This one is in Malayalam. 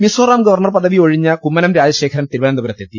മിസോറാം ഗവർണർ പദവി ഒഴിഞ്ഞ കുമ്മനം രാജശേഖരൻ തിരുവനന്തപുരത്തെത്തി